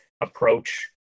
approach